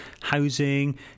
housing